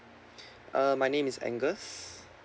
uh my name is angles